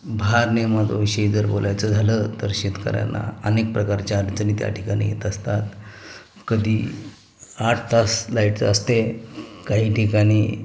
भारनियमनाच्याविषयी जर बोलायचं झालं तर शेतकऱ्यांना अनेक प्रकारच्या अडचणी त्या ठिकाणी येत असतात कधी आठ तास लाईटचं असते काही ठिकाणी